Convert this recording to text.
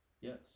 Yes